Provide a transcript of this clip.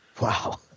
Wow